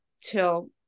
till